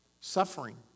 Suffering